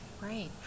right